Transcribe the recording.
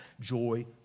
Joy